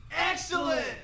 excellent